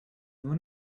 nur